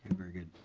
very good.